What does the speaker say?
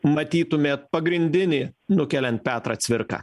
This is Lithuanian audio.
matytumėt pagrindinį nukeliant petrą cvirką